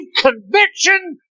conviction